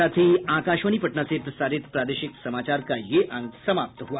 इसके साथ ही आकाशवाणी पटना से प्रसारित प्रादेशिक समाचार का ये अंक समाप्त हुआ